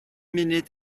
munud